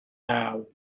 naw